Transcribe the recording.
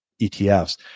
ETFs